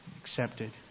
accepted